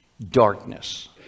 darkness